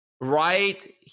right